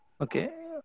Okay